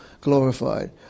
glorified